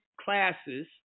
classes